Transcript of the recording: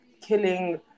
killing